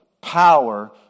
power